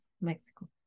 Mexico